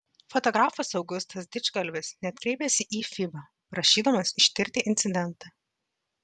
fotografas augustas didžgalvis net kreipėsi į fiba prašydamas ištirti incidentą